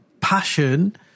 Passion